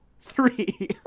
Three